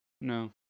No